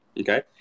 Okay